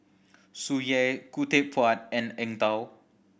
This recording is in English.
Tsung Yeh Khoo Teck Puat and Eng Tow